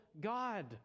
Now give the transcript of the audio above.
God